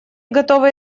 готова